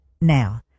now